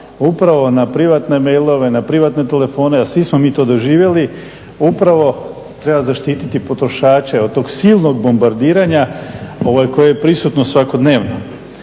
upravo na privatne mailove, na privatne telefone a svi smo mi to doživjeli, upravo treba zaštititi potrošače od tog silnog bombardiranja koje je prisutno svakodnevno.